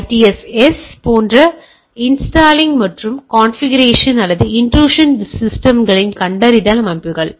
IDS S போன்றவற்றை installing மற்றும் configuration அல்லது இன்ட்ரூசன் சிஸ்டம்களின் கண்டறிதல் அமைப்புகள்